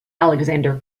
alexander